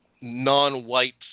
non-white